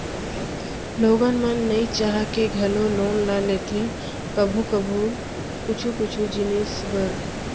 लोगन मन नइ चाह के घलौ लोन ल लेथे कभू कभू कुछु कुछु जिनिस बर